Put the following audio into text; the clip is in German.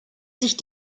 sich